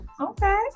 Okay